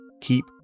Keep